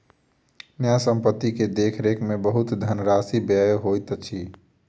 न्यास संपत्ति के देख रेख में बहुत धनराशि व्यय होइत अछि